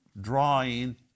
drawing